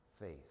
Faith